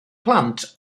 plant